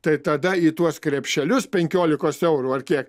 tai tada į tuos krepšelius penkiolikos eurų ar kiek